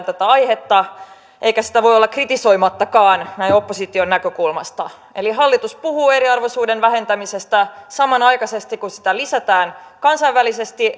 tätä aihetta eikä sitä voi olla kritisoimattakaan näin opposition näkökulmasta hallitus puhuu eriarvoisuuden vähentämisestä samanaikaisesti kun sitä lisätään kansainvälisesti